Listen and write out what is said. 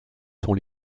sont